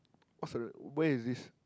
what's the where is this